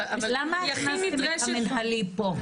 אבל למה המינהלי פה?